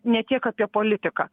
ne tiek apie politiką